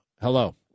Hello